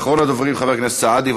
אחרון הדוברים הוא חבר הכנסת סעדי,